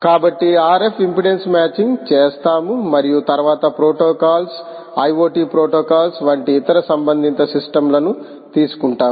కాబట్టి RF impedance matching చేస్తాము మరియు తరువాత ప్రోటోకాల్స్ IoT ప్రోటోకాల్స్ వంటి ఇతర సంబంధిత సిస్టమ్ లను తీసుకుంటాము